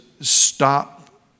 stop